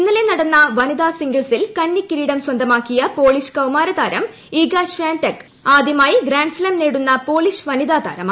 ഇന്നലെ നടന്ന വനിതാ സിംഗിൾസിൽ കന്നി കിരീടം സ്വന്തമാക്കിയ പോളിഷ് കൌമാരതാരം ഈഗ ഷ്യാൻടെക് ആദ്യമായി ഗ്രാൻസ്താം നേടുന്ന പോളിഷ് വനിതാ താരമായി